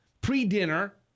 Pre-dinner